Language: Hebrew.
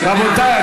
רבותיי,